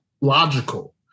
logical